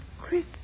Chris